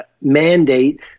mandate